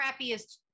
crappiest